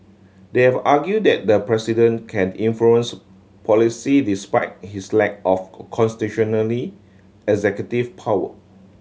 they have argue that the president can influence policy despite his lack of constitutionally executive power